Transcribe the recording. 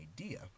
idea